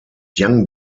young